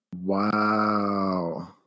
Wow